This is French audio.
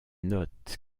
notes